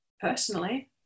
personally